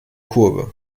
kurve